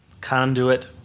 Conduit